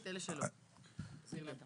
רובם.